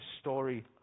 story